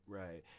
right